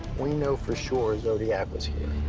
we know for sure zodiac was here.